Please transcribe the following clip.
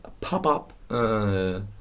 pop-up